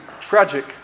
tragic